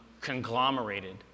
conglomerated